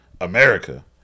America